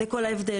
זה כל ההבדל.